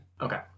Okay